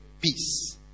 peace